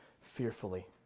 fearfully